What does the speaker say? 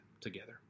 together